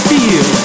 Feel